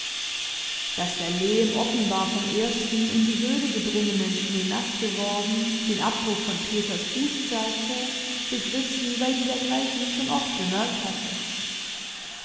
daß der lehm offenbar vom ersten in die höhle gedrungenen schnee naß geworden den abdruck von peters fuß zeigte begriff sie weil sie dergleichen schon oft bemerkt hatte